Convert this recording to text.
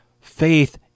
Faith